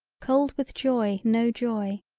cold with joy no joy.